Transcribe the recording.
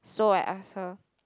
so I ask her